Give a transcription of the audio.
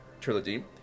trilogy